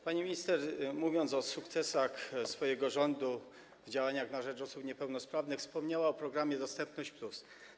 Pani minister, mówiąc o sukcesach swojego rządu w działaniach na rzecz osób niepełnosprawnych, wspomniała o programie „Dostępność+”